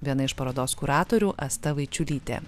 viena iš parodos kuratorių astavaičiulytė